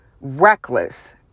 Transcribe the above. reckless